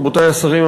רבותי השרים,